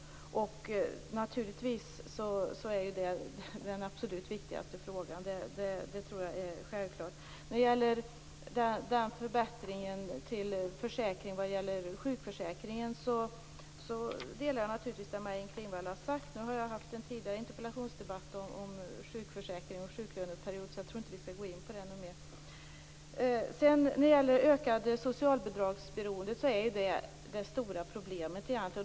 Det är naturligtvis den absolut viktigaste frågan. Det tror jag är självklart. När det gäller förbättringen i sjukförsäkringen delar jag naturligtvis Maj-Inger Klingvalls uppfattning. Jag har fört en tidigare interpellationsdebatt om sjukförsäkring och sjuklöneperiod, så jag tror inte att vi skall gå in på det mer. Det ökade socialbidragsberoendet är det stora problemet.